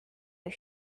eux